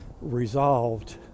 resolved